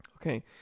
okay